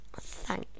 Thank